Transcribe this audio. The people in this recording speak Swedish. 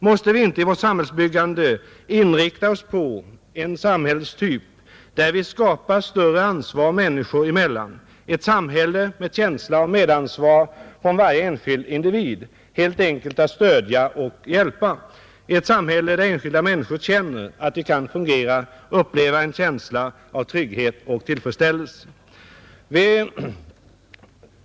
Måste vi inte i vårt samhällsbyggande inrikta oss på en samhällstyp där vi skapar större ansvar människor emellan? Ett samhälle med känsla av medansvar från varje enskild individ — helt enkelt att stödja och hjälpa. Ett samhälle där enskilda människor känner att de kan fungera, uppleva en känsla av trygghet och tillfredsställelse.